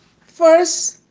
First